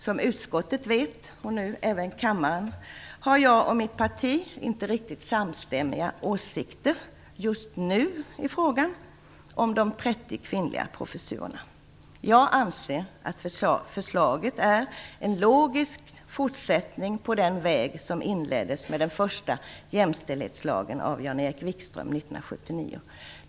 Som utskottet och nu även kammaren vet har jag och mitt parti inte riktigt samstämmiga åsikter just nu i frågan om de 30 kvinnliga professurerna. Jag anser att förslaget är en logisk fortsättning på den väg som inleddes med den första jämställdhetslagen av Jan Erik Wikström 1979.